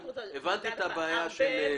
אני הבנתי את הבעיה של כוכבה.